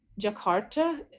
Jakarta